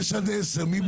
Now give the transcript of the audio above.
6 עד 10, מי בעד?